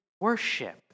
Worship